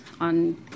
on